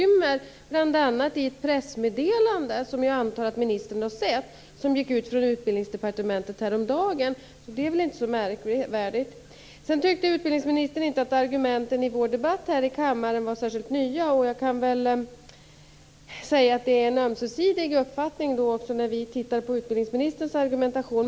Jag tänker bl.a. på ett pressmeddelande som jag antar att ministern sett och som häromdagen gick från Utbildningsdepartementet, så det är väl inte så märkvärdigt. Utbildningsministern tycker inte att argumenten i vår debatt här i kammaren är särskilt nya. Jag kan väl då säga att det är ömsesidigt. Vi tycker nämligen detsamma om utbildningsministerns argumentation.